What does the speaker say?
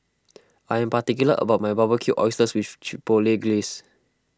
I am particular about my Barbecued Oysters with Chipotle Glaze